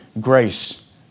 grace